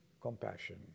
compassion